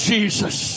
Jesus